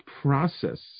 process